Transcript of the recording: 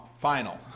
final